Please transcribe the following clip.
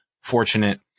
fortunate